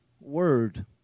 word